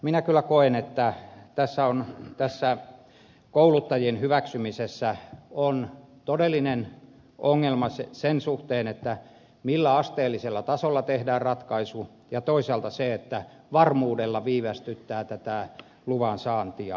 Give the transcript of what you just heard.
minä kyllä koen että tässä kouluttajien hyväksymisessä on todellinen ongelma sen suhteen millä asteellisella tasolla tehdään ratkaisu ja toisaalta se että se varmuudella viivästyttää tätä luvan saantia